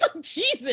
Jesus